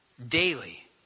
Daily